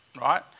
right